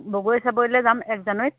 বগৰী চাপৰিলে যাম এক জানুৱাৰীত